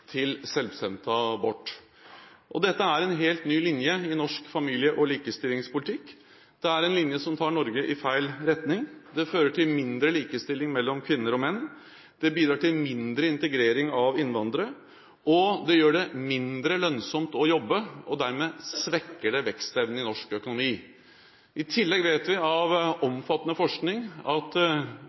til selvbestemt abort. Dette er en helt ny linje i norsk familie- og likestillingspolitikk. Det er en linje som tar Norge i feil retning. Det fører til mindre likestilling mellom kvinner og menn. Det bidrar til mindre integrering av innvandrere. Og det gjør det mindre lønnsomt å jobbe, og dermed svekkes vekstevnen i norsk økonomi. I tillegg vet vi fra omfattende forskning at